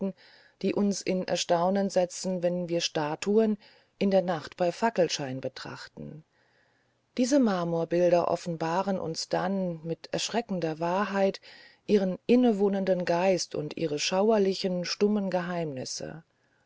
die uns in erstaunen setzen wenn wir statuen in der nacht bei fackelschein betrachten diese marmorbilder offenbaren uns dann mit erschreckender wahrheit ihren innewohnenden geist und ihre schauerlichen stummen geheimnisse